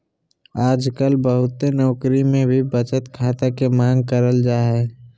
आजकल बहुते नौकरी मे भी बचत खाता के मांग करल जा हय